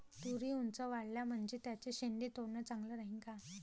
तुरी ऊंच वाढल्या म्हनजे त्याचे शेंडे तोडनं चांगलं राहीन का?